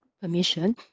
permission